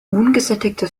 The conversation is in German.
ungesättigte